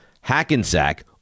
Hackensack